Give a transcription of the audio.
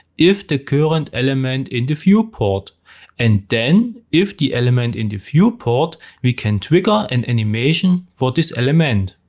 if the current element in the viewport and then if the element in the viewport we can trigger an animation for this element.